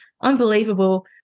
unbelievable